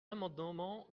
l’amendement